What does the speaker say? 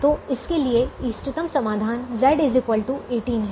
तो इसके लिए इष्टतम समाधान Z 18 है